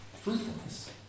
fruitfulness